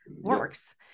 works